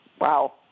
wow